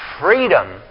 freedom